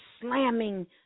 slamming